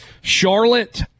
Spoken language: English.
Charlotte